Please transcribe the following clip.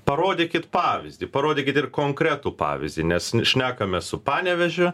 parodykit pavyzdį parodykit ir konkretų pavyzdį nes šnekame su panevėžiu